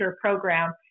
program